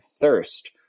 thirst